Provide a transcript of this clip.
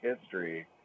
History